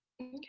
okay